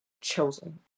chosen